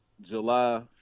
july